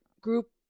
group